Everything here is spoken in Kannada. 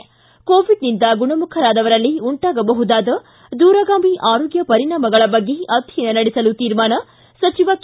ಿ ಕೋವಿಡ್ನಿಂದ ಗುಣಮುಖರಾದವರಲ್ಲಿ ಉಂಟಾಗಬಹುದಾದ ದೂರಗಾಮಿ ಆರೋಗ್ಯ ಪರಿಣಾಮಗಳ ಬಗ್ಗೆ ಅಧ್ವಯನ ನಡೆಸಲು ತೀರ್ಮಾನ ಸಚಿವ ಕೆ